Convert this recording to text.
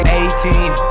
eighteen